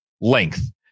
Length